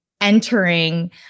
entering